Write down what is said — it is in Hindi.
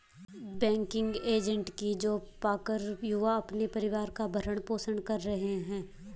बैंकिंग एजेंट की जॉब पाकर युवा अपने परिवार का भरण पोषण कर रहे है